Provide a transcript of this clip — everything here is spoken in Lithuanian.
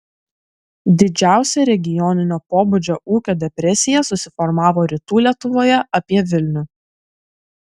didžiausia regioninio pobūdžio ūkio depresija susiformavo rytų lietuvoje apie vilnių